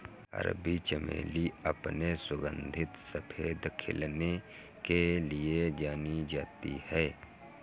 अरबी चमेली अपने सुगंधित सफेद खिलने के लिए जानी जाती है